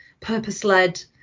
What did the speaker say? purpose-led